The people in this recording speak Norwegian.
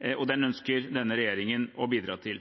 10 TWh, og den ønsker denne regjeringen å bidra til.